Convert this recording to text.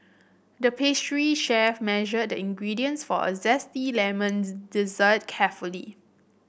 the pastry chef measured the ingredients for a zesty lemon dessert carefully